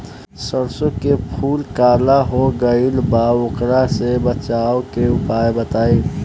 सरसों के फूल काला हो गएल बा वोकरा से बचाव के उपाय बताई?